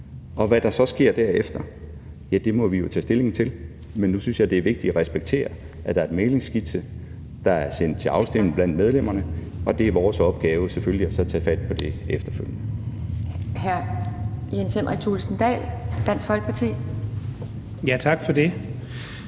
Og hvad der så sker derefter, må vi jo tage stilling til. Men nu synes jeg, det er vigtigt at respektere, at der er en mæglingsskitse, der er sat til afstemning blandt medlemmerne, og det er selvfølgelig vores opgave tage fat på det efterfølgende. Kl. 18:08 Anden næstformand (Pia Kjærsgaard):